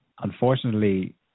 unfortunately